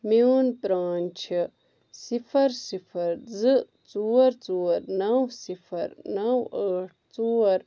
میٛون پرٛان چھُ صفر صفر زٕ ژور ژور نَو صفر نَو ٲٹھ ژور